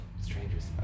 strangers